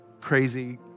crazy